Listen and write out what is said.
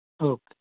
okay